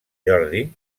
jordi